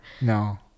no